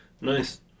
nice